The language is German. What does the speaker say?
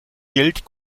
geld